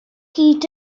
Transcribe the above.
hyd